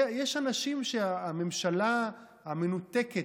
יש אנשים, הממשלה המנותקת,